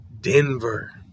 Denver